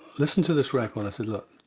listen to this record. i said look,